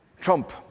Trump